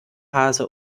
hase